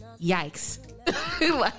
Yikes